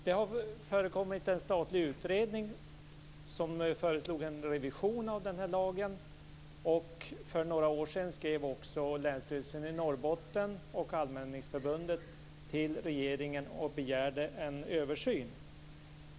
En statlig utredning föreslog en revision av lagen, och för några år sedan skrev också Länsstyrelsen i Norrbotten och Allmänningsförbundet till regeringen och begärde en översyn.